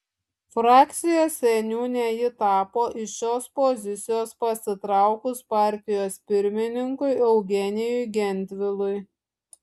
frakcijos seniūne ji tapo iš šios pozicijos pasitraukus partijos pirmininkui eugenijui gentvilui